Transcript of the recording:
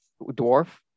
dwarf